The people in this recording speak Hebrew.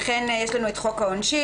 "(ה)בסעיף זה, "חוק העונשין"